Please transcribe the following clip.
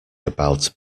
about